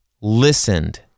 listened